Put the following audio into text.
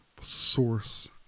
source